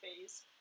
phase